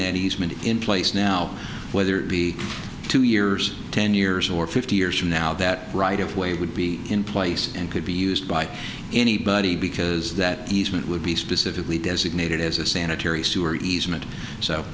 that easement in place now whether it be two years ten years or fifty years from now that right of way would be in place and could be used by anybody because that easement would be specifically designated as a sanitary sewer easement so